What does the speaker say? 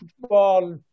football